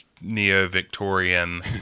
neo-Victorian